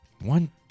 One